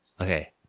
Okay